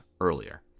earlier